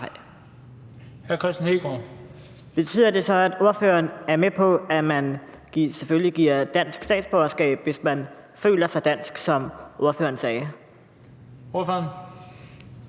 Kristian Hegaard (RV): Betyder det så, at ordføreren er med på, at man selvfølgelig får dansk statsborgerskab, hvis man føler sig dansk, som ordføreren sagde? Kl.